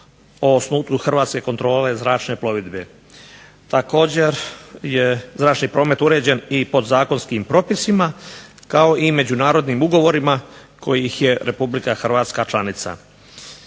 hrvatske kontrole zračne plovidbe. Također je zračni promet uređen i podzakonskim propisima kao i međunarodnim ugovorima kojih je Republika Hrvatska članica.